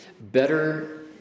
better